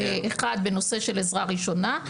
אחד בנושא של עזרה ראשונה.